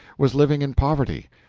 was living in poverty,